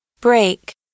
break